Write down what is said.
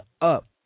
up